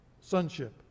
sonship